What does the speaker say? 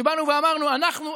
שבאנו ואמרנו: אנחנו,